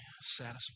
satisfied